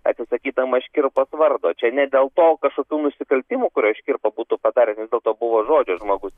atsisakydamas škirpos vardo čia ne dėl to kažkokių nusikaltimų kuriuos škirpa būtų padaręs vis dėlto buvo žodžio žmogus